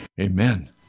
Amen